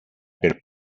per